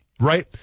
right